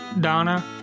Donna